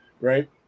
right